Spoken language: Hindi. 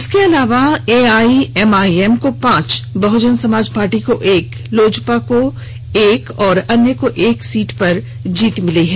इसके अलावा एआईएमआईएम को पांच बहजन समाज पार्टी को एक लोजपा को एक और अन्य को एक सीट पर जीत मिली है